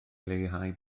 leihau